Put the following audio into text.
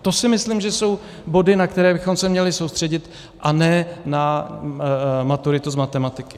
To si myslím, že jsou body, na které bychom se měli soustředit, a ne na maturitu z matematiky.